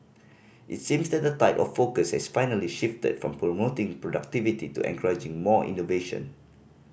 it seems that the tide of focus has finally shifted from promoting productivity to encouraging more innovation